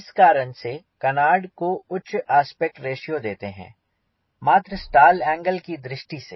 इस कारण से कनार्ड को उच्च आस्पेक्ट रेश्यो देते हैं मात्र स्टाल एंगल की दृष्टि से